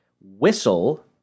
whistle